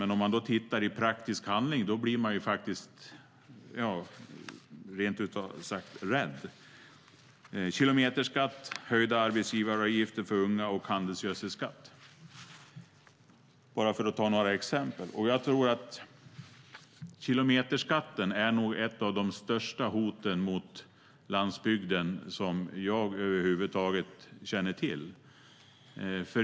Men om man tittar i praktisk handling blir man rent ut sagt rädd: kilometerskatt, höjda arbetsgivaravgifter för unga och handelsgödselskatt, bara för att ta några exempel. Jag tror att kilometerskatten är ett av de största hoten mot landsbygden som jag över huvud taget känner till.